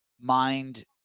mind